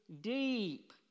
deep